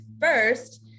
first